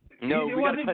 No